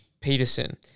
Peterson